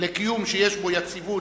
לקיום שיש בו יציבות,